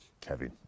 Kevin